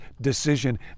decision